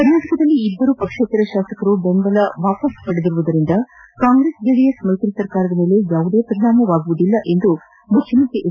ಕರ್ನಾಟಕದಲ್ಲಿ ಇಬ್ಬರು ಪಕ್ಷೇತರ ಶಾಸಕರು ಬೆಂಬಲ ಹಿಂಪಡೆದಿರುವುದರಿಂದ ಕಾಂಗ್ರೆಸ್ ಜೆಡಿಎಸ್ ಮೈತ್ರಿ ಸರ್ಕಾರದ ಮೇಲೆ ಯಾವುದೇ ರೀತಿಯ ಪರಿಣಾವವಾಗುವುದಿಲ್ಲ ಎಂದು ಮುಖ್ಯಮಂತ್ರಿ ಎಚ್